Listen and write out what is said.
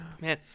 man